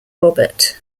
robert